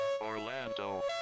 Orlando